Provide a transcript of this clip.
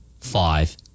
Five